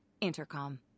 Intercom